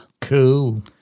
Cool